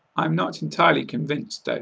i'm not entirely convinced, though,